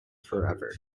forever